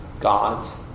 God's